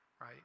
right